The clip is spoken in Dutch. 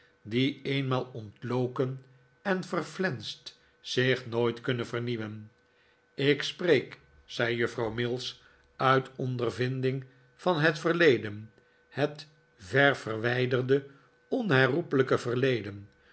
die eenmaal ontloken en verflenst zich nooit kunnen vernieuwen ik spreek zei juffrouw mills uit ondervinding van het verleden het vr verwijderde onherroepelijke verleden